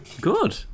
good